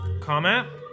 comment